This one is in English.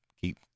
keep